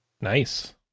nice